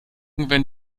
werden